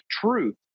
truth